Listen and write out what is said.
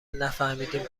نفهمدیم